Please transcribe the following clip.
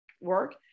work